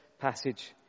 passage